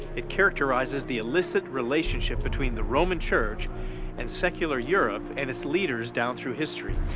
it characterizes the illicit relationship between the roman church and secular europe and its leaders down through history,